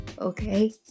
Okay